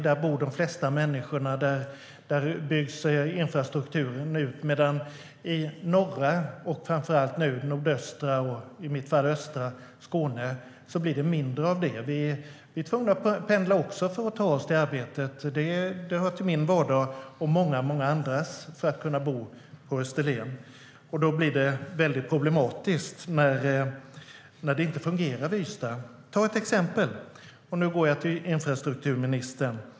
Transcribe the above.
Där bor de flesta människorna, och där byggs infrastrukturen ut. Jag ska nämna ett exempel för infrastrukturministern.